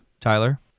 Tyler